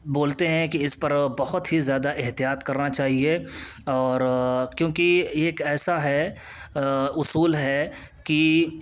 بولتے ہیں کہ اس پر بہت ہی زیادہ احتیاط کرنا چاہیے اور کیوںکہ یہ ایک ایسا ہے اصول ہے کہ